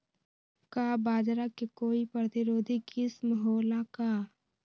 का बाजरा के कोई प्रतिरोधी किस्म हो ला का?